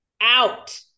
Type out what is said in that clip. out